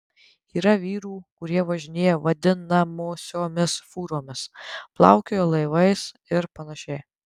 yra vyrų kurie važinėja vadinamosiomis fūromis plaukioja laivais ir panašiai